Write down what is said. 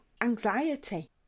anxiety